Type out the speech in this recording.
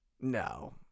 no